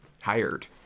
hired